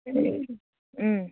ও